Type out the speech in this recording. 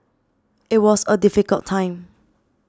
it was a difficult time